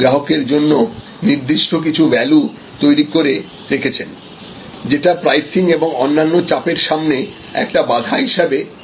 গ্রাহকের জন্য নির্দিষ্ট কিছু ভ্যালু তৈরি করে রেখেছেন যেটা প্রাইসিং এবং অন্যান্য চাপের সামনে একটা বাধা হিসেবে কাজ করবে